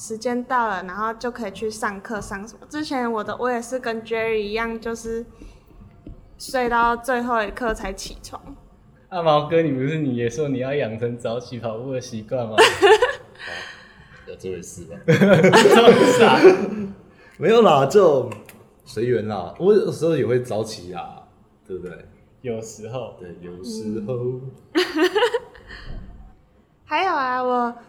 时间到了，然后就可以去上课上什么。之前我的-我也是跟Jerry一样，就是睡到最后一刻才起床。啊，毛哥，你不是你也说你要养成早起跑步的习惯吗？ 哦，有这回事吗？ 这回事啊。没有啦，这种随缘啦，我有时候也会早起啊，对不对？有时候。对，有时嗯。 候。还有啊，我